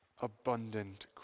abundant